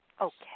Okay